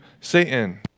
Satan